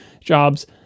jobs